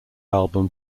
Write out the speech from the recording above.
album